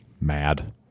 mad